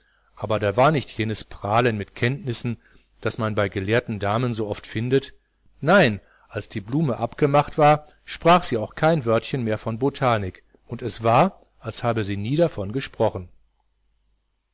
aber da war nicht jenes prahlen mit kenntnissen das man bei gelehrten damen so oft findet nein als die blume abgemacht war sprach sie auch kein wörtchen mehr von botanik und es war als habe sie nie davon gesprochen